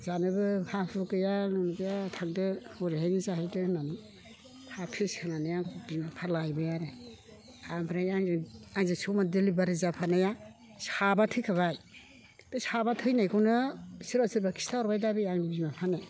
जानोबो हा हु गैया मोन गैया थांदो हरैहायनो जाहैदो होननानै हा फिस होनानै आंखौ फाग लाहैबाय आरो ओमफ्राय आंजों समान दिलिभारि जाफानाया साबा थैखाबाय बे साबा थैनायखौनो सोरबा सोरबा खिथाहरबायदा बे आंनि बिमा बिफानो